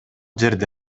жерде